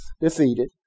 defeated